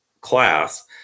class